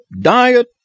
diet